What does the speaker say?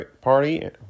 party